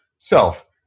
Self